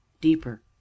deeper